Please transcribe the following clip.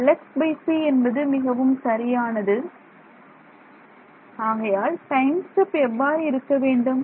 Δxc என்பது மிகவும் சரியானது மாணவர் ஆகையால் டைம் ஸ்டெப் எவ்வாறு இருக்க வேண்டும்